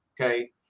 okay